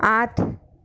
আঠ